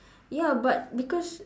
ya but because